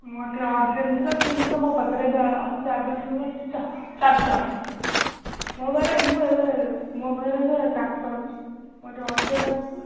ମୋର ଟିକିଏ ଅରଜେଣ୍ଟ ଥିଲା ତିନିଶହ ମୋ ପାଖରେ ଏବେ ଅଛି ଆଭେଲେବୁଲ୍ ଅଛି ତ ଚାରିଶହ ମୋ ପାଖରେ ଏବେ ମୁଁ ଏବେ ମୋ ପାଖରେ ଏବେ ଚାରିଶହ ଅଛି ମୋର ଟିକିଏ ଅରଜେଣ୍ଟ ଅଛି